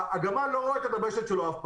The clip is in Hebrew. הגמל לא רואה את הדבשת שלו אף פעם,